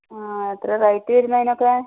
ആ എത്രയാണ് റേറ്റ് വരുന്നത് അതിനൊക്കെ